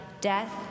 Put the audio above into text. death